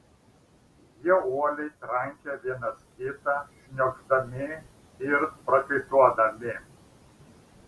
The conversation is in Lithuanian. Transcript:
jie uoliai trankė vienas kitą šniokšdami ir prakaituodami